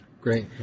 great